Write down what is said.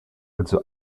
also